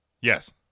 Yes